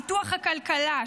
פיתוח הכלכלה,